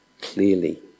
clearly